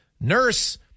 Nurse